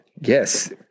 Yes